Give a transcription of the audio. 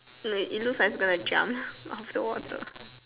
like it looks like it's going to jump out of the water